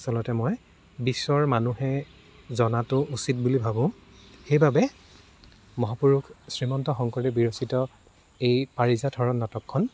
আচলতে মই বিশ্বৰ মানুহে জনাটো উচিত বুলি ভাবোঁ সেইবাবে মহাপুৰুষ শ্ৰীমন্ত শংকৰদেৱ বিৰচিত এই পাৰিজাত হৰণ নাটকখন